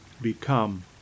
become